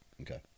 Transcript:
okay